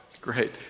great